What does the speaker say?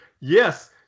Yes